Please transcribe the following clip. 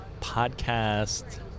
podcast